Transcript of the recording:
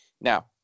Now